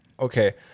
Okay